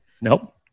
Nope